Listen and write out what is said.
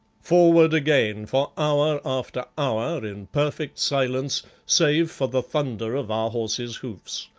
forward again for hour after hour, in perfect silence save for the thunder of our horses' hoofs.